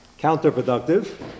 counterproductive